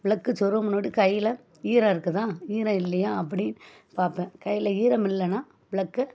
plug சொருகும் முன்னாடி கையில் ஈரம் இருக்குதா ஈரம் இல்லையா அப்படி பார்ப்பேன் கையில ஈரம் இல்லைன்னா ப்ளக்கை